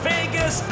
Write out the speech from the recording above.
Vegas